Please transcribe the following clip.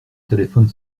téléphone